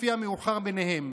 לפי המאוחר ביניהם.